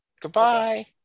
Goodbye